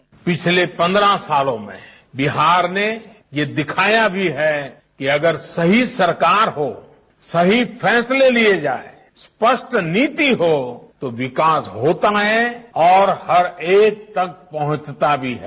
sound bite पिछले पन्द्रह सालों में बिहार ने ये दिखाया भी है कि अगर सही सरकार हो सही फैसले लिए जाएं स्पष्ट नीति हो तो विकास होता है और हर एक तक पहुंचता भी है